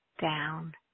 down